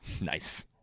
nice